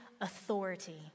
authority